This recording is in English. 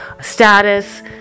status